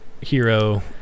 hero